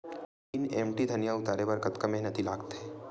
तीन एम.टी धनिया उतारे बर कतका मेहनती लागथे?